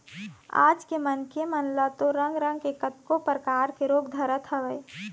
आज के मनखे मन ल तो रंग रंग के कतको परकार के रोग धरत हवय